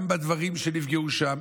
גם בדברים שנפגעו שם,